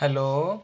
hello